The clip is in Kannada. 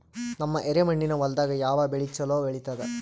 ನಮ್ಮ ಎರೆಮಣ್ಣಿನ ಹೊಲದಾಗ ಯಾವ ಬೆಳಿ ಚಲೋ ಬೆಳಿತದ?